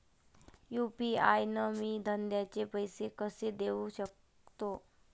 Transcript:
UPI न मी धंद्याचे पैसे कसे देऊ सकतो?